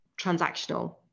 transactional